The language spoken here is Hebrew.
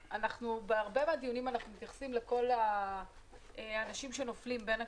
בהרבה מהדיונים אנחנו מתייחסים לכל האנשים שנופלים בין הכיסאות.